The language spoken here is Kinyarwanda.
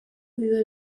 biba